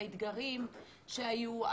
האתגרים שהיו,